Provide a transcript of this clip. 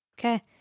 Okay